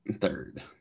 Third